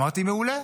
אמרתי: מעולה,